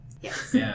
Yes